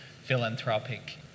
philanthropic